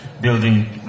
building